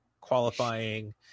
qualifying